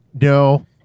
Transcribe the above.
no